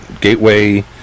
Gateway